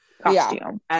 costume